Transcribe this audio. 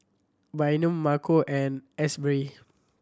Bynum Marco and Asberry